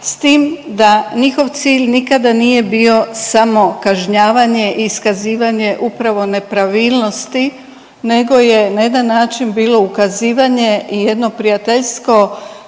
s tim da njihov cilj nikada nije bio samo kažnjavanje i iskazivanje upravo nepravilnosti nego je na jedan način bilo ukazivanje i jedno prijateljsko